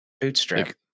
Bootstrap